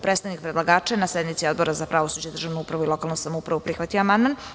Predstavnik predlagača je na sednici Odbora za pravosuđe, državnu upravu i lokalnu samoupravu prihvatio amandman.